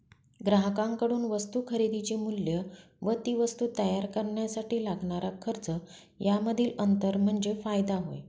ग्राहकांकडून वस्तू खरेदीचे मूल्य व ती वस्तू तयार करण्यासाठी लागणारा खर्च यामधील अंतर म्हणजे फायदा होय